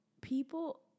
people